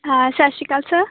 ਹਾਂ ਸਤਿ ਸ਼੍ਰੀ ਅਕਾਲ ਸਰ